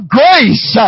grace